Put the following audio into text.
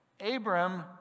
Abram